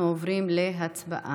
אנחנו עוברים להצבעה